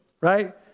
right